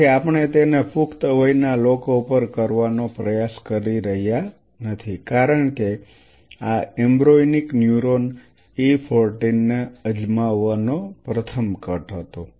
તેથી આપણે તેને પુખ્ત વયના લોકો પર કરવાનો પ્રયાસ કરી રહ્યા નથી કારણ કે આ એમ્બ્રીયોનિક ન્યુરોન E 14 ને અજમાવવાનો પ્રથમ કટ હતો